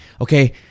okay